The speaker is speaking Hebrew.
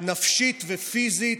נפשית ופיזית,